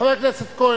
חבר הכנסת כהן,